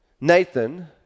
Nathan